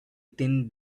thin